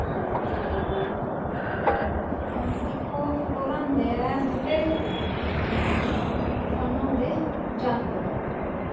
दिक्खो फलोरा होंदे ऐ बूह्टे ते फन्ना होंदे जानवर